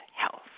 health